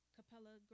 Capella